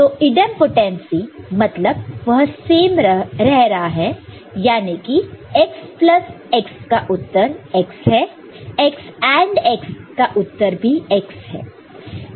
तो ईडैमपोटेंसी मतलब वह सेम रह रहा है याने की x प्लस x का उत्तर x है x AND x का उत्तर भी x है